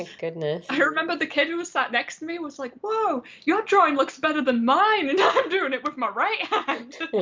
ah goodness. i remember the kid who was sat next to me was like whoa your drawing looks better than mine and i'm doing it with my right hand!